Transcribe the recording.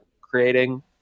creating –